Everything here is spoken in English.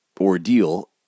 ordeal